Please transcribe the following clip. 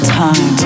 time